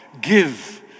give